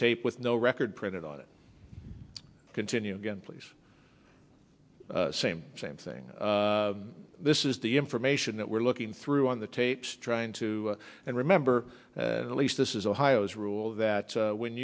tape with no record printed on it continue again please same same thing this is the information that we're looking through on the tapes trying to and remember at least this is ohio's rule that when